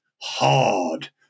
hard